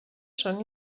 són